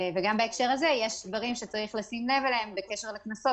גם בהקשר הזה יש דברים שצריך לשים לב אליהם בקשר לקנסות,